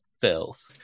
filth